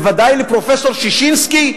בוודאי לפרופסור ששינסקי,